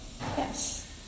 yes